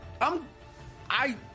I'm—I